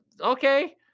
Okay